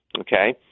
Okay